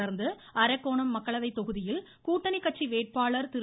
தொடா்ந்து அரக்கோணம் மக்களவைத்தொகுதியில் கூட்டணி கட்சி வேட்பாளா் திரு